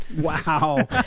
wow